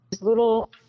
little